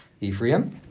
Ephraim